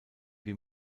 wir